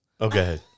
Okay